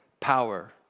power